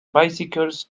bicycles